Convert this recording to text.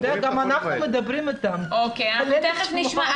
אתה יודע, גם אנחנו מדברים איתם, תתפלא לשמוע.